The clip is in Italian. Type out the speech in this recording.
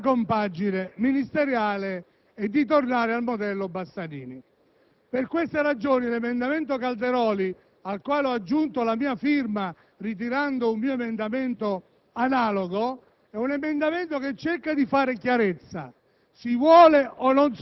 non da oggi, la necessità di ridurre la compagine ministeriale e di tornare al modello Bassanini. Per queste ragioni l'emendamento presentato dal senatore Calderoli, al quale ho aggiunto la firma ritirando un mio emendamento analogo,